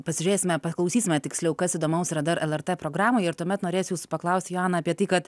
pasižiūrėsime paklausysime tiksliau kas įdomaus yra dar lrt programoje ir tuomet norėsiu paklausti joana apie tai kad